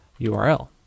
URL